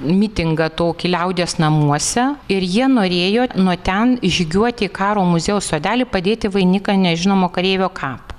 mitingą tokį liaudies namuose ir jie norėjo nuo ten žygiuoti karo muziejaus sodelį padėti vainiką nežinomo kareivio kapo